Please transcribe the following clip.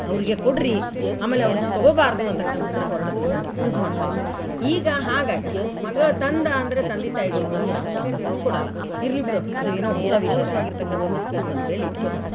ಅವರಿಗೆ ಕೊಡಿರಿ ಆಮೇಲೆ ಅವ್ರದ್ದು ತಗೋಬಾರ್ದು ಅಂತಕ್ಕಂಥದನ್ನ ವರ್ಡ್ಗಳನ್ನು ಯೂಸ್ ಮಾಡ್ತಾ ಇದ್ರು ಈಗ ಹಾಗಾಗೋಲ್ಲ ಮಗ ತಂದ ಅಂದರೆ ತಂದೆ ತಾಯಿಗಳು ಕೂಡ ಯಾರು ವಾಪಾಸ್ ತಂದುಕೊಡಲ್ಲ ಇರಲಿ ಬಿಡು ಅದು ಏನೊ ಹೊಸ ವಿಶೇಷವಾಗಿರ್ತಕ್ಕಂಥ ವಸ್ತು ಅಂತೇಳಿ ಇಟ್ಕೊತಾರೆ